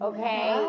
Okay